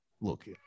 look